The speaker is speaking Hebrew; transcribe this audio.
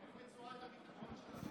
שלוש